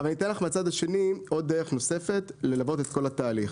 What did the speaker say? אני אתן מהצד השני עוד דרך נוספת ללוות את כל התהליך.